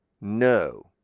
No